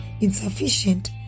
insufficient